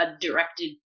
directed